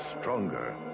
stronger